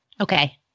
Okay